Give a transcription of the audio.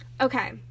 Okay